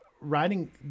writing